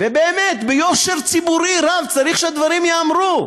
ובאמת ביושר ציבורי רב, צריך שהדברים ייאמרו,